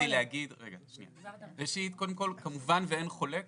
--- ראשית, כמובן שאין חולק